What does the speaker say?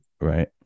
Right